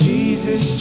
Jesus